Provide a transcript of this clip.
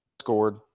Scored